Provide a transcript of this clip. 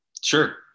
Sure